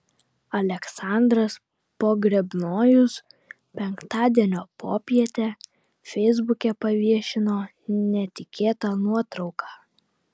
aleksandras pogrebnojus penktadienio popietę feisbuke paviešino netikėtą nuotrauką